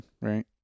right